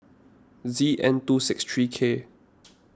Z N two six three K